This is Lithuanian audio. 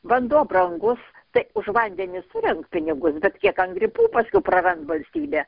vanduo brangus tai už vandenį surenk pinigus bet kiek ant gripų paskui prarand valstybė